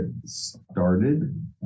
started